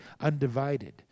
undivided